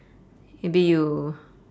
maybe you